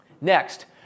Next